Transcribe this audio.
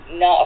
no